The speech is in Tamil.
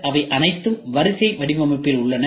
இவை அனைத்தும் வரிசை வடிவமைப்பில் உள்ளன